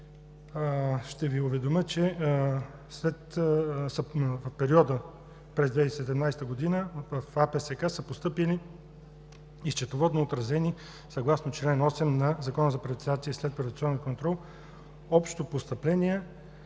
ще Ви уведомя, че след периода през 2017 г. в АПСК са постъпили и счетоводно отразени съгласно чл. 8 на Закона за приватизация и следприватизационен контрол общо постъпления